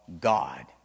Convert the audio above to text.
God